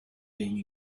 being